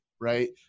right